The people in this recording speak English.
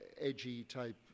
edgy-type